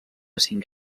cinc